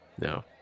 no